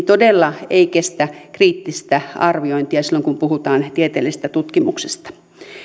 todella ei kestä kriittistä arviointia silloin kun puhutaan tieteellisistä tutkimuksista